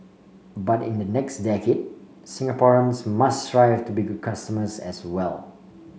but in the next decade Singaporeans must strive to be good customers as well